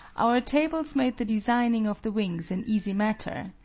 our tables made the designing of the wings an easy matter,